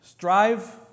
Strive